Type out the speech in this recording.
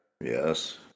Yes